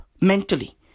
mentally